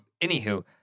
anywho